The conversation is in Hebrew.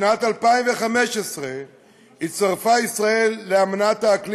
בשנת 2015 הצטרפה ישראל לאמנת האקלים